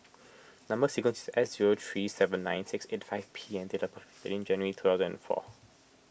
Number Sequence is S zero three seven nine six eight five P and date of birth is thirteen January two thousand and four